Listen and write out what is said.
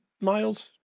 miles